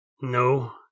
No